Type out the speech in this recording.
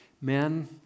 Men